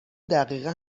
دقیقه